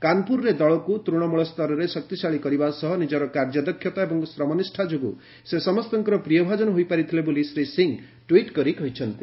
କାନ୍ପୁରରେ ଦଳକୁ ତୃଶମୂଳ ସ୍ତରରେ ଶକ୍ତିଶାଳୀ କରିବା ସହ ନିଜର କାର୍ଯ୍ୟଦକ୍ଷତା ଏବଂ ଶ୍ରମନିଷ୍ଠା ଯୋଗୁଁ ସେ ସମସ୍ତଙ୍କର ପ୍ରିୟଭାଜନ ହୋଇପାରିଥିଲେ ବୋଲି ଶ୍ରୀ ସିଂହ ଟ୍ୱିଟ୍ କରି କହିଛନ୍ତି